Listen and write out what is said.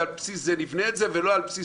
ועל בסיס זה נבנה את זה ולא על בסיס